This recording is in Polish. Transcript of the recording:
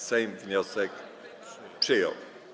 Sejm wniosek przyjął.